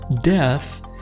death